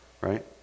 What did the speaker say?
Right